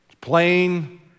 plain